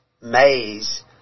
maze